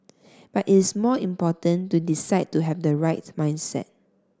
but it is more important to decide to have the right mindset